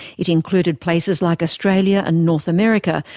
it included places like australia and north america,